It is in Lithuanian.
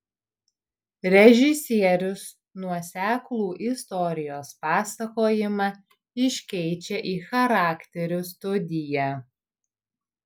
režisierius nuoseklų istorijos pasakojimą iškeičia į charakterių studiją